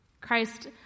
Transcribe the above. christ